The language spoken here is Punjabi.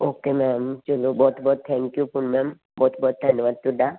ਓਕੇ ਮੈਮ ਚਲੋ ਬਹੁਤ ਬਹੁਤ ਥੈਂਕ ਯੂ ਫੋਰ ਮੈਮ ਬਹੁਤ ਬਹੁਤ ਧੰਨਵਾਦ ਤੁਹਾਡਾ